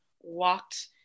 walked